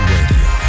Radio